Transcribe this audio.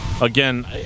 again